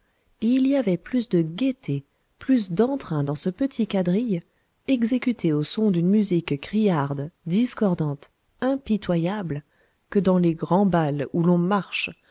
et il y avait plus de gaîté plus d'entrain dans ce petit quadrille exécuté au son d'une musique criarde discordante impitoyable que dans les grands bals où l'on marche